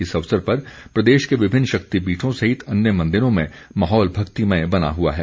इस अवसर पर प्रदेश के विभिन्न शक्तिपीठों सहित अन्य मंदिरों में माहौल भक्तिमय बना हुआ है